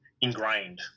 ingrained